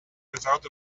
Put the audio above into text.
without